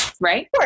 right